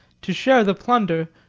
to share the plunder,